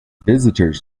visitors